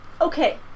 okay